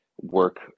work